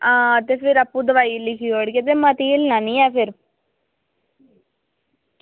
आं ते फिर आपूं दोआई लिखी ओड़गे ते मती हिल्लना निं ऐ फिर